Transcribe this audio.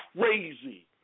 crazy